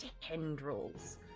tendrils